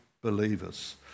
believers